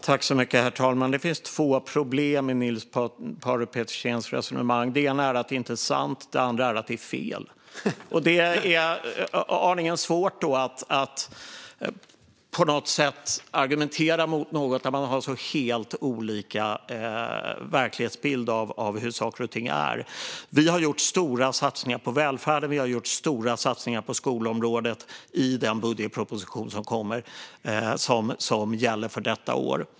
Herr talman! Det finns två problem med Niels Paarup-Petersens resonemang. Det ena är att det inte är sant. Det andra är att det är fel. Det är aningen svårt att argumentera mot något när man har så helt olika verklighetsbild av hur saker och ting är. Vi har gjort stora satsningar på välfärden och stora satsningar på skolområdet i den budgetproposition som gäller för detta år.